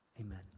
amen